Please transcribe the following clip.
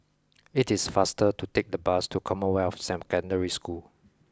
it is faster to take the bus to Commonwealth Samp Secondary School